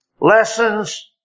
Lessons